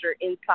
inside